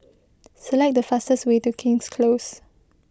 select the fastest way to King's Close